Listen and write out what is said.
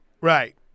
Right